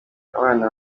abana